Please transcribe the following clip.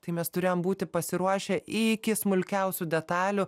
tai mes turėjom būti pasiruošę iki smulkiausių detalių